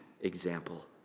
example